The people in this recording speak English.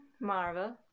Marvel